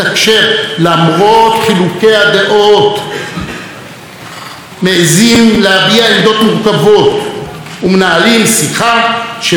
מעיזים להביע עמדות מורכבות ומנהלים שיחה שמאפשרת לכולנו לגור יחד,